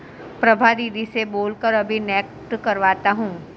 प्रभा दीदी से बोल कर अभी नेफ्ट करवाता हूं